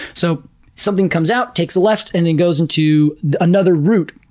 so something comes out, takes a left, and then goes into another root.